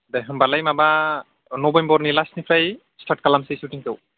दे होमबालाय माबा नभेम्बरनि लास्टनिफ्राय स्टार्ट खालामनिसै सुटिंखौ